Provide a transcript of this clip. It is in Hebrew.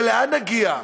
ולאן נגיע?